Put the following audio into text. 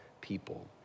people